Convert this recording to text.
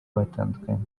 batandukanye